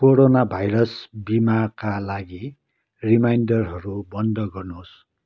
corona virus बिमाका लागि रिमाइन्डरहरू बन्द गर्नुहोस्